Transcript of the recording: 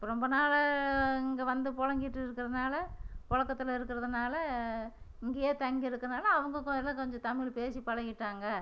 ரொம்ப நாளாக இங்கே வந்து பொழங்கிட்டு இருக்கிறனால பொழகத்துல இருக்கிறதனால இங்கேயே தங்கி இருக்கிறனால அவங்க எல்லாம் கொஞ்சம் தமிழ் பேசிப் பழகிட்டாங்க